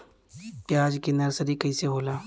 प्याज के नर्सरी कइसे होला?